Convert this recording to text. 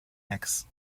eggs